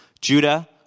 Judah